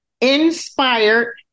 inspired